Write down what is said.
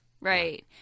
Right